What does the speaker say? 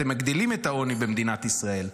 אתם מגדילים את העוני במדינת ישראל.